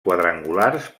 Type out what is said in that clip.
quadrangulars